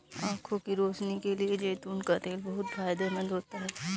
आंखों की रोशनी के लिए जैतून का तेल बहुत फायदेमंद होता है